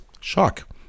shock